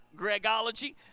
Gregology